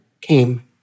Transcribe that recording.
came